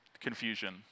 confusion